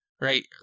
right